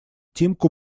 тимку